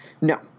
No